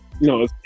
No